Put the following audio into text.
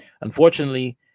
Unfortunately